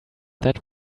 that